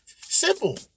simple